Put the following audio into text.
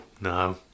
no